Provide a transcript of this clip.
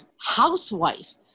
housewife